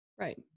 Right